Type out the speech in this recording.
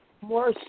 more